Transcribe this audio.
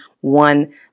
one